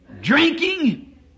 drinking